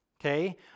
Okay